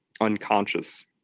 unconscious